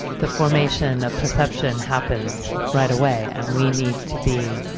the formation of perception happens right away. and we need to be,